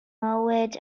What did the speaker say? mywyd